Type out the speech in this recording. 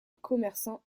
commerçant